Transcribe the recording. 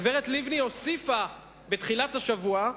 הגברת לבני הוסיפה בתחילת השבוע,